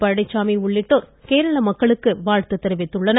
பழனிச்சாமி உள்ளிட்டோர் கேரள மக்களுக்கு வாழ்த்து தெரிவித்துள்ளனர்